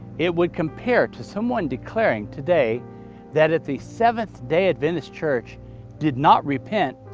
it would compare to someone declaring today that if the seventh-day adventist church did not repent,